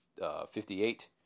58